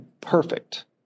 perfect